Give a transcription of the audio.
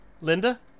Linda